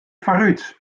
foarút